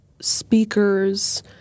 speakers